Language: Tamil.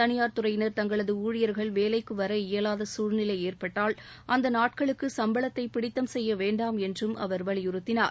தனியார் துறையினர் தங்களது ஊழியர்கள் வேலைக்கு வர இயலாத சூழ்நிலை ஏற்பட்டால் அந்த நாட்களுக்கு சம்பளத்தை பிடித்தம் செய்ய வேண்டாம் என்றும் அவர் வலியுறுத்தினார்